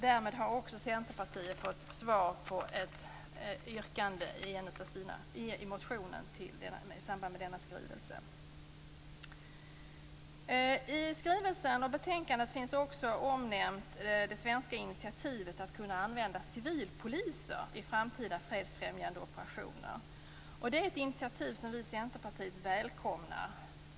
Därmed har också Centerpartiet fått svar på ett yrkande i motionen i samband med denna skrivelse. I skrivelsen och betänkandet finns också omnämnt det svenska initiativet att kunna använda civilpoliser i framtida fredsfrämjande operationer. Det är ett initiativ som vi i Centerpartiet välkomnar.